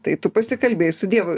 tai tu pasikalbėjai su dievu